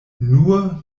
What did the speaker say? nur